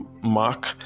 Mark